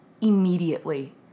immediately